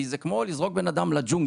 כי זה כמו לזרוק בן אדם לג'ונגל,